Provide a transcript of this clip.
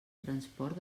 transport